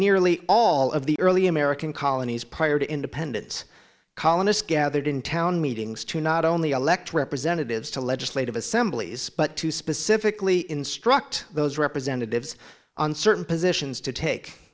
nearly all of the early american colonies prior to independence colonists gathered in town meetings to not only elect representatives to legislative assemblies but to specifically instruct those representatives on certain positions to take